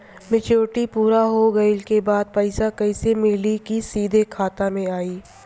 Maturity पूरा हो गइला के बाद पईसा कैश मिली की सीधे खाता में आई?